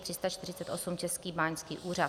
348 Český báňský úřad